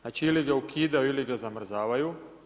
Znači ili ga ukidaju ili ga zamrzavaju.